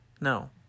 No